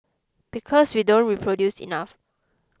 because we don't reproduce enough